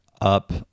up